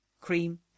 cream